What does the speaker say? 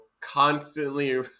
constantly